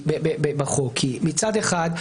מצד אחד,